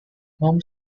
home